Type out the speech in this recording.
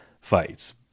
fights